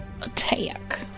attack